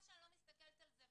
איך שאני לא מסתכלת על זה,